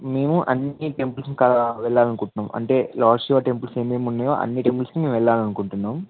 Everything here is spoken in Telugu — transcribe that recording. మేము అన్ని టెంపుల్స్ని వెళ్ళాలి అనుకుంటున్నాం అంటే లార్డ్ శివ టెంపుల్స్ ఏమేమి ఉన్నాయో అన్ని టెంపుల్స్కి మేము వెళ్ళాలి అనుకుంటున్నాం